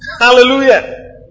Hallelujah